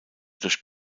durch